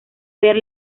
ver